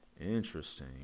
Interesting